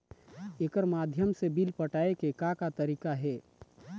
एकर माध्यम से बिल पटाए के का का तरीका हे?